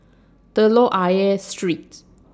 Telok Ayer Street